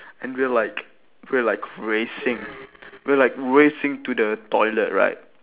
and we're like we're like racing we're like racing to the toilet right